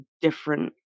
different